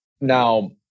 Now